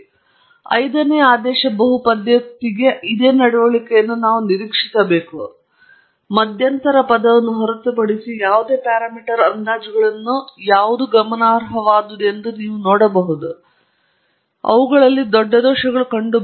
ಆದ್ದರಿಂದ ಐದನೆಯ ಆದೇಶ ಬಹುಪದೋಕ್ತಿಗೆ ಮಧ್ಯಂತರ ಪದವನ್ನು ಹೊರತುಪಡಿಸಿ ಯಾವುದೇ ಪ್ಯಾರಾಮೀಟರ್ ಅಂದಾಜುಗಳನ್ನು ಯಾವುದೂ ಗಮನಾರ್ಹವಾದುದು ಎಂದು ನೀವು ನೋಡಬಹುದು ಅಂದರೆ ಅವುಗಳಲ್ಲಿ ದೊಡ್ಡ ದೋಷಗಳು ಕಂಡುಬರುತ್ತವೆ